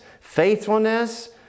faithfulness